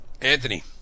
Anthony